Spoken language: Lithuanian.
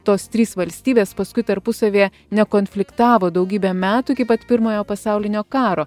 tos trys valstybės paskui tarpusavyje nekonfliktavo daugybę metų iki pat pirmojo pasaulinio karo